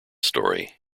story